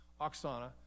Oksana